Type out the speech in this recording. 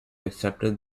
accepted